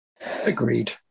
Agreed